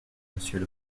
monsieur